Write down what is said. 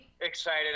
excited